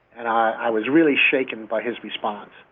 and i was really shaken by his response.